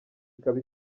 ikaba